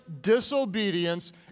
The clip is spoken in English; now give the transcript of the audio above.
disobedience